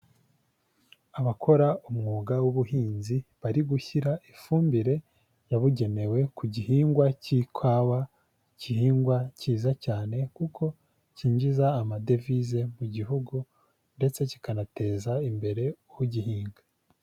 Abakora umwuga w'ubuhinzi bari gushyira ifumbire yabugenewe ku gihingwa cy'ikawa igihingwa cyiza cyane kuko cyinjiza amadevize mu gihugu ndetse kikanateza imbere ugihinga.